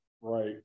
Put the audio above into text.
Right